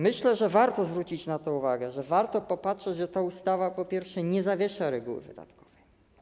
Myślę, że warto zwrócić na to uwagę, warto popatrzeć, że ta ustawa po pierwsze nie zawiesza reguły wydatków.